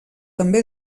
també